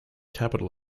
capital